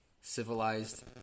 civilized